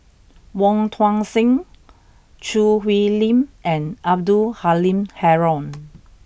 Wong Tuang Seng Choo Hwee Lim and Abdul Halim Haron